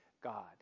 God